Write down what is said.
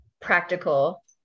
practical